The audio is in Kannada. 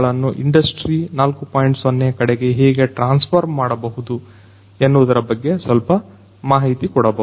0 ಕಡೆಗೆ ಹೇಗೆ ಟ್ರಾನ್ಸ್ ಫಾರ್ಮ್ ಮಾಡಬಹುದು ಎನ್ನುವುದರ ಬಗ್ಗೆ ಸ್ವಲ್ಪ ಮಾಹಿತಿ ಕೊಡಬಹುದು